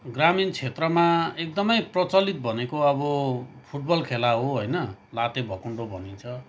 ग्रामीण क्षेत्रमा एकदमै प्रचलित भनेको अब फुटबल खेला हो होइन लात्ते भकुण्डो भनिन्छ